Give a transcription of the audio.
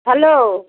hello